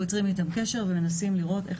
אנחנו יוצרים איתם קשר ומנסים לראות איך